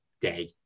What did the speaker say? day